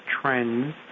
trends